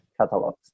catalogs